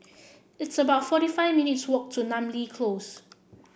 it's about forty five minutes' walk to Namly Close